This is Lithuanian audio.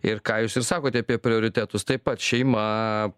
ir ką jūs ir sakote apie prioritetus taip pat šeima